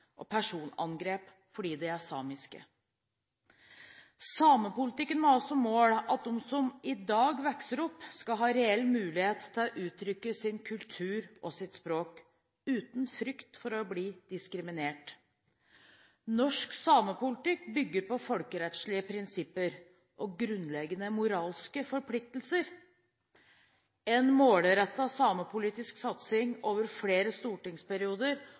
og personangrep fordi de er samiske. Samepolitikken må ha som mål at de som i dag vokser opp, skal ha en reell mulighet til å bruke sin kultur og sitt språk uten frykt for å bli diskriminert. Norsk samepolitikk bygger på folkerettslige prinsipper og grunnleggende moralske forpliktelser. En målrettet samepolitisk satsing over flere stortingsperioder